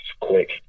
quick